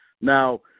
Now